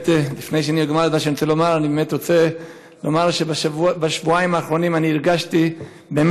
אני רוצה לומר שבשבועיים האחרונים הרגשתי את